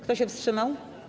Kto się wstrzymał?